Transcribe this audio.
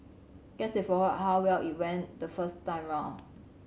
guess they forgot how well it went the first time round